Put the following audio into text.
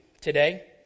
today